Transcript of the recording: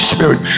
Spirit